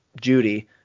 Judy –